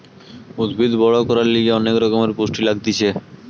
উদ্ভিদ বড় করার লিগে অনেক রকমের পুষ্টি লাগতিছে